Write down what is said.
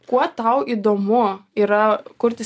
kuo tau įdomu yra kurti